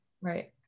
Right